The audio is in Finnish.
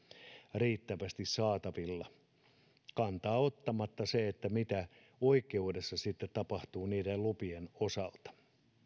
riittävästi saatavilla ottamatta kantaa siihen mitä oikeudessa sitten tapahtuu niiden lupien osalta